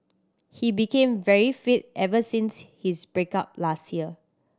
he became very fit ever since his break up last year